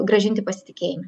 grąžinti pasitikėjimą